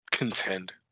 Contend